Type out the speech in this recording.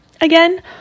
Again